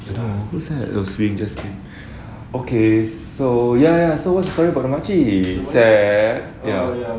hello who's that okay so ya ya so what's the story about the makcik seth ya